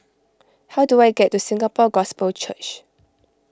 how do I get to Singapore Gospel Church